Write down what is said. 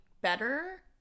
better